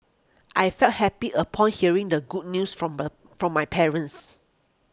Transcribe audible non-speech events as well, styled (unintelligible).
I felt happy upon hearing the good news from (unintelligible) from my parents